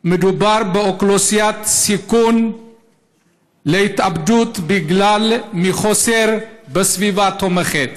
מדובר באוכלוסייה בסיכון להתאבדות מחוסר בסביבה תומכת.